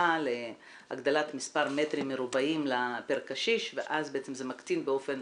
החלטה להגדלת מספר מטרים מרובעים פר קשיש ואז זה מקטין באופן